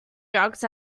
drugs